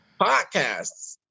Podcasts